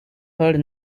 heard